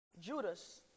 Judas